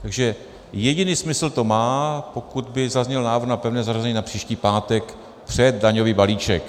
Takže jediný smysl to má, pokud by zazněl návrh na pevné zařazení na příští pátek před daňový balíček.